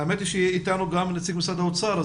האמת היא שאיתנו גם נציג משרד האוצר,